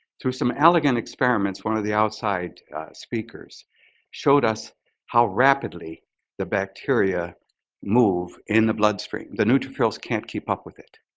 through some elegant experiments, one the outside speakers showed us how rapidly the bacteria moved in the bloodstream, the neutrophils can't keep up with it.